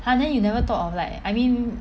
!huh! then you never thought of like I mean